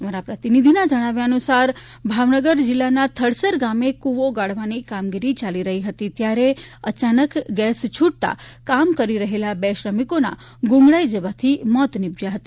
અમારા પ્રતિનિધિના જણાવ્યા અનુસાર ભાવનગરના થળસર ગામે કુવો ગાળવાની કામગીરી ચાલી રહી હતી ત્યારે અચાનક ગેસ છૂટતા કામ કરી રહેલા બે શ્રમિકોના ગુંગળાઈ જવાથી મોત નિપજયા હતા